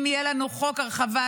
אם יהיה לנו חוק הרחבת